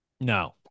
No